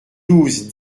douze